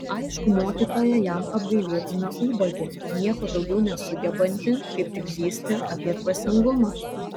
aišku mokytoja jam apgailėtina ubagė nieko daugiau nesugebanti kaip tik zyzti apie dvasingumą